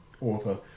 author